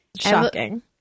shocking